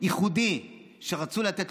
ייחודי שרצו לתת,